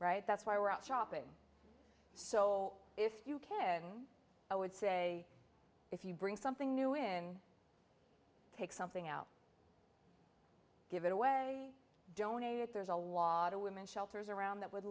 right that's why we're out shopping so if you can i would say if you bring something new in take something out give it away donate there's a lot of women shelters around that would